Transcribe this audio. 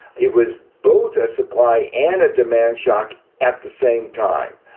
it was both a supply and demand shock at the same time.